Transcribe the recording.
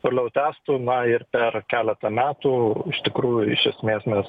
toliau tęstų na ir per keletą metų iš tikrųjų iš esmės mes